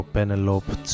Penelope